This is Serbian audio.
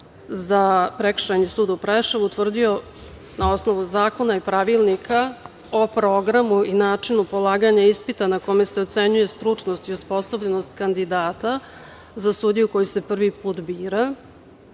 za Prekršajni sud u Preševu utvrdio na osnovu zakona i pravilnika o programu i načinu polaganja ispita na kome se ocenjuje stručnost i osposobljenost kandidata za sudiju koji se prvi put bira.